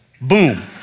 Boom